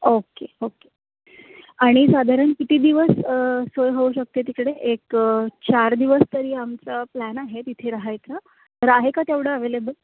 okay okay आणि साधारण किती दिवस सोय होऊ शकते तिकडे एक चार दिवस तरी आमचा प्लॅन आहे तिथे राहायचा तर आहे का तेवढं अव्हेलेबल